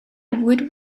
woot